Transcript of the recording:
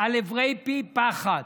על עברי פי פחת,